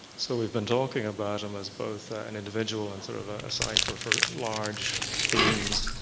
so we've been talking about him as both an individual and sort of a sign for for large themes.